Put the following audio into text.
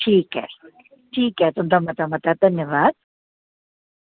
ठीक ऐ ठीक ऐ तुंदा मता मता धन्नवाद